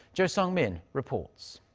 cho sung-min reports.